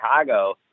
Chicago